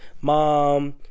mom